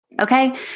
okay